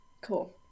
Cool